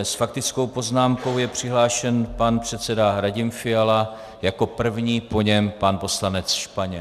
S faktickou poznámkou je přihlášen pan předseda Radim Fiala jako první, po něm pan poslanec Španěl.